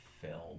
film